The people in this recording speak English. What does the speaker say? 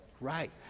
Right